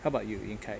how about you ying kai